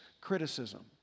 criticism